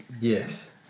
Yes